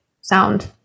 sound